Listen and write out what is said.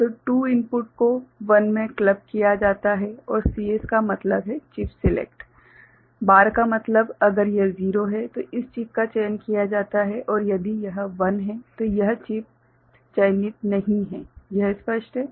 तो 2 इनपुटों को 1 में क्लब किया जाता है और CS का मतलब है चिप सेलेक्ट बार का मतलब अगर यह 0 है तो इस चिप का चयन किया जाता है और यदि यह 1 है तो यह चिप चयनित नहीं है यह स्पष्ट है